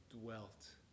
dwelt